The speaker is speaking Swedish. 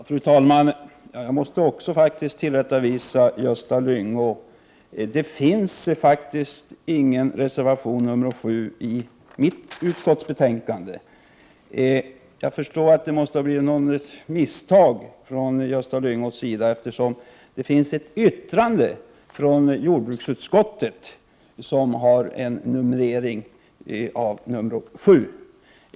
Prot. 1988/89:46 Fru talman! Också jag måste tillrättavisa Gösta Lyngå. Det finns ingen 15 december 1988 reservation 7idet betänkandet som jag har. Jag förstår att det måste ha blivit Miljöskatt på inrikes — något misstag. Det finns däremot ett yttrande från jordbruksutskottet, där det finns en avvikande mening nr 7.